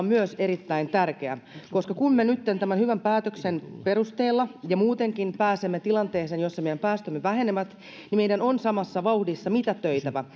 myös on erittäin tärkeä koska kun me nytten tämän hyvän päätöksen perusteella ja muutenkin pääsemme tilanteeseen jossa meidän päästömme vähenevät niin meidän on samassa vauhdissa mitätöitävä